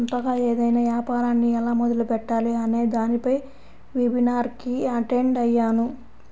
సొంతగా ఏదైనా యాపారాన్ని ఎలా మొదలుపెట్టాలి అనే దానిపై వెబినార్ కి అటెండ్ అయ్యాను